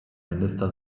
minister